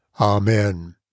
Amen